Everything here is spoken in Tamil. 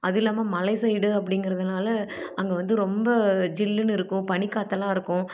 அதுவும் இல்லாமல் மலை சைடு அப்படிங்கிறதுனால அங்கே வந்து ரொம்ப ஜில்லுன்னு இருக்கும் பணி காற்றெல்லாம் இருக்கும்